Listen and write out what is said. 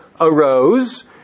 arose